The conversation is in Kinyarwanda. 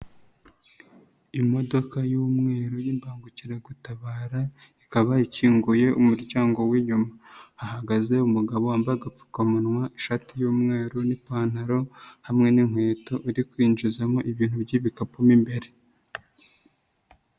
Imodoka y'umweru y'imbangukiragutabara, ikaba ikinguye umuryango w'inyuma. Hahagaze umugabo wambaye agapfukamunwa, ishati y'umweru n'ipantaro hamwe n'inkweto, uri kwinjizamo ibintu by'ibikapu mo imbere.